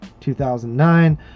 2009